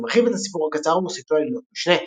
הספר מרחיב את הסיפור הקצר ומוסיף לו עלילות משנה.